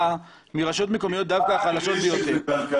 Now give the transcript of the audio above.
מרשויות מקומיות דווקא החלשות ביותר.